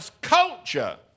culture